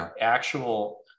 actual